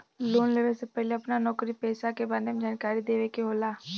Loan लेवे से पहिले अपना नौकरी पेसा के बारे मे जानकारी देवे के होला?